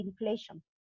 inflation